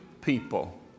people